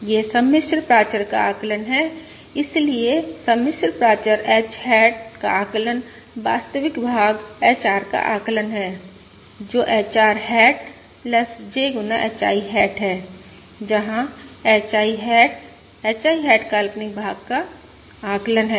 यह सम्मिश्र प्राचर का आकलन है इसलिए सम्मिश्र प्राचर h हैट का आकलन वास्तविक भाग HR का आकलन है जो HR हैट J गुना HI हैट है जहां HI हैट HI हैट काल्पनिक भाग का आकलन है